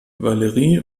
valerie